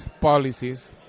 policies